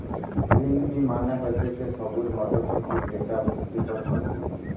green pea মানে হতিছে সবুজ মটরশুটি যেটা পুষ্টিকর সবজি